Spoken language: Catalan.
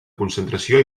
concentració